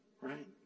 Right